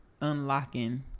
unlocking